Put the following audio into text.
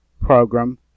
program